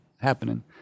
happening